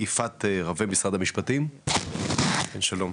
יפעת רווה, משרד המשפטים, שלום.